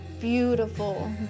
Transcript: Beautiful